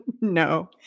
No